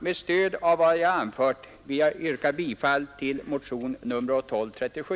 Med stöd av vad jag anfört vill jag yrka bifall till motionen 1237.